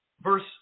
Verse